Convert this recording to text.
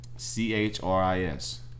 C-H-R-I-S